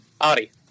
Ari